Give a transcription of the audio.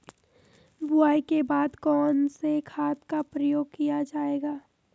बुआई के बाद कौन से खाद का प्रयोग किया जायेगा?